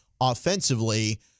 Offensively